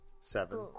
Seven